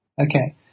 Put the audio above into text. Okay